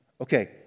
Okay